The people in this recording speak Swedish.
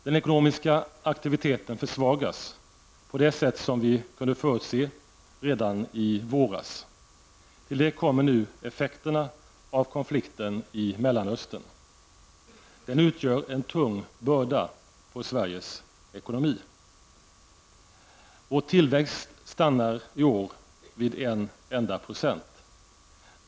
Den ekonomiska aktiviteten försvagas, på det sätt som vi kunde förutse redan i våras. Till det kommer nu effekterna av konflikten i Mellanöstern. Den utgör en tung börda på Sveriges ekonomi. Vår tillväxt stannar i år vid en enda procent.